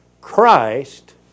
Christ